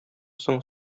соң